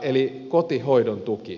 eli kotihoidon tuki